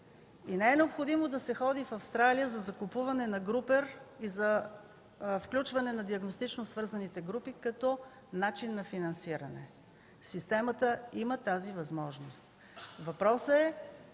е необходимо да се ходи в Австралия за закупуване на групер и за включване на диагностично свързаните групи като начин на финансиране. Системата има тази възможност. Въпросът е